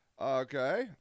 Okay